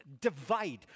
divide